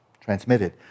transmitted